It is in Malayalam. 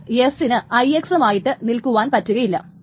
അപ്പോൾ S ന് IX മായിട്ട് നിൽക്കുവാൻ പറ്റുകയില്ല